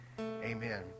Amen